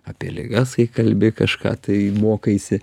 apie ligas kai kalbi kažką tai mokaisi